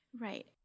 Right